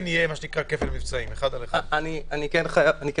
שכן יהיה כפל מבצעים, 1 על 1. החקיקה,